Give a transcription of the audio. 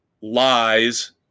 lies